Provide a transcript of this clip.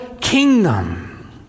kingdom